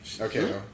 okay